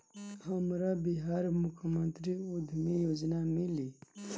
हमरा बिहार मुख्यमंत्री उद्यमी योजना मिली?